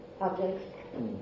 objects